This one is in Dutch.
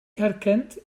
herkent